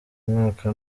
mwaka